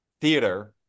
theater